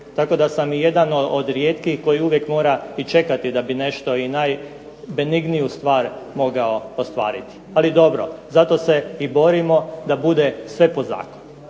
Tako da sam i jedan od rijetkih koji uvijek mora i čekati da bi nešto i najbenigniju stvar mogao ostvariti. Ali dobro, zato se i borimo da bude sve po zakonu.